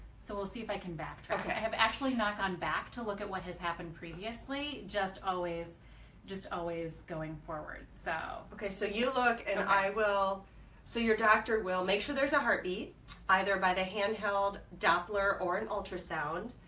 so we'll see if i can back. okay i have actually not gone back to look at what has happened previously just always just always going forward so okay so you look and i will so your doctor will make sure. there's a heartbeat either by the hand held doppler or an ultrasound,